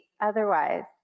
otherwise